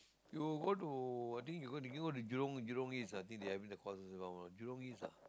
you go to I think you go to go to jurong jurong East ah I think they having the courses around ah jurong East ah